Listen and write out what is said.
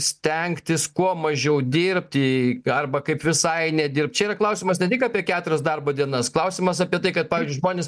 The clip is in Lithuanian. stengtis kuo mažiau dirbti arba kaip visai nedirbt čia yra klausimas ne tik apie keturias darbo dienas klausimas apie tai kad žmonės